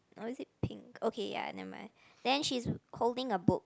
or is it pink okay ya never mind then she's holding a book